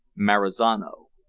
marizano.